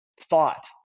thought